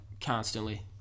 Constantly